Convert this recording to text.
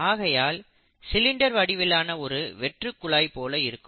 ஆகையால் சிலிண்டர் வடிவிலான ஒரு வெற்று குழாய் போல இருக்கும்